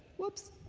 whoops!